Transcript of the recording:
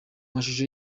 mashusho